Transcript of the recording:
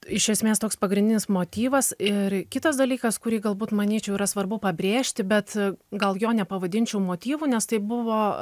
iš esmės toks pagrindinis motyvas ir kitas dalykas kurį galbūt manyčiau yra svarbu pabrėžti bet gal jo nepavadinčiau motyvu nes tai buvo